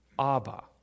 Abba